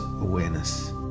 awareness